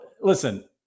listen